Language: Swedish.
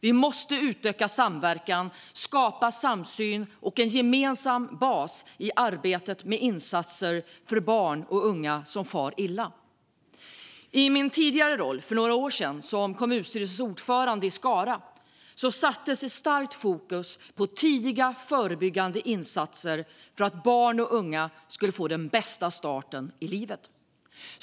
Vi måste utöka samverkan och skapa samsyn och en gemensam bas i arbetet med insatser för barn och unga som far illa. I min tidigare roll - för några år sedan - som kommunalstyrelsens ordförande i Skara sattes ett starkt fokus på tidiga förebyggande insatser för att barn och unga skulle få den bästa starten i livet.